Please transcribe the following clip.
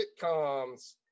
sitcoms